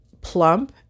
plump